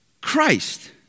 Christ